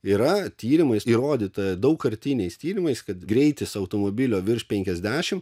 yra tyrimais įrodyta daugkartiniais tyrimais kad greitis automobilio virš penkiasdešimt